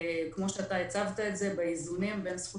כמו שאתה הצגת את זה באיזונים בין הזכות